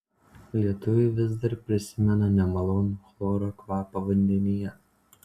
lietuviai vis dar prisimena nemalonų chloro kvapą vandenyje